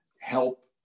help